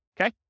okay